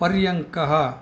पर्यङ्कः